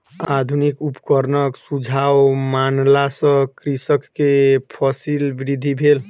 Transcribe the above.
आधुनिक उपकरणक सुझाव मानला सॅ कृषक के फसील वृद्धि भेल